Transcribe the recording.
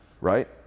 right